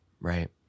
Right